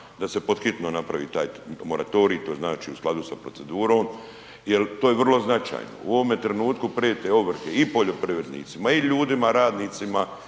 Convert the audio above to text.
da se pod hitno napravi taj moratorij, to znači u skladu sa procedurom jel to je vrlo značajno. U ovome trenutku prijete ovrhe i poljoprivrednicima i ljudima radnicima